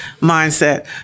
Mindset